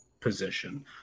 position